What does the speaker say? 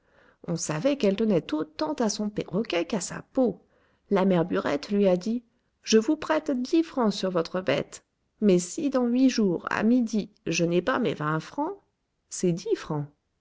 on savait qu'elle tenait autant à son perroquet qu'à sa peau la mère burette lui a dit je vous prête dix francs sur votre bête mais si dans huit jours à midi je n'ai pas mes vingt francs ses dix francs